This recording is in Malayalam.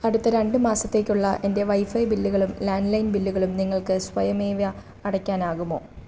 അടുത്ത രണ്ട് മാസത്തേക്കുള്ള എൻ്റെ വൈഫൈ ബില്ലുകളും ലാൻഡ്ലൈൻ ബില്ലുകളും നിങ്ങൾക്ക് സ്വയമേവ അടയ്ക്കാനാകുമോ